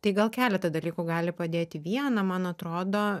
tai gal keletą dalykų gali padėti viena man atrodo